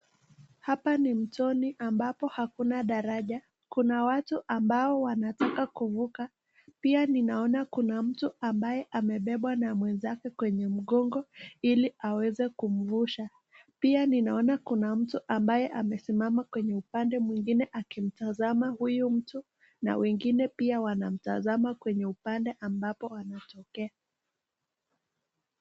Hapa ni mtoni ambapo hakuna daraja, kuna watu ambao wanataka kuvuka, pia ninaona kuna mtu anataka kuvuka, pia ninaona kuna mtu ambaye amebebwa na mwenzake kwenye mgongo, ili aweza kumvusha. Pia ninaona mtu ambaye amesimama kwenye upande mwingine akimtazama huyu mtu na wengine pia wanamtazama kwenye upande ambapo anatokea.